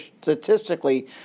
statistically